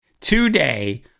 today